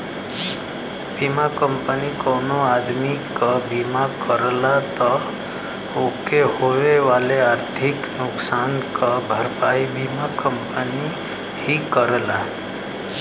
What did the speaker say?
बीमा कंपनी कउनो आदमी क बीमा करला त ओके होए वाले आर्थिक नुकसान क भरपाई बीमा कंपनी ही करेला